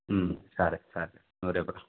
సరే సరే